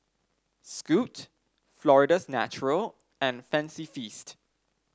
Scoot Florida's Natural and Fancy Feast